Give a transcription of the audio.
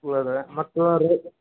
ಗುಳವಿ ಮತ್ತು ಅರೆ